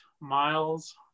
Miles